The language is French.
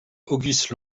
auguste